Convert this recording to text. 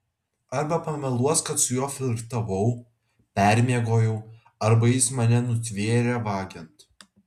arba pameluos kad su juo flirtavau permiegojau arba jis mane nutvėrė vagiant